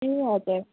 ए हजुर